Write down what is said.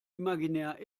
imaginär